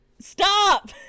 Stop